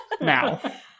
Now